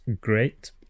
great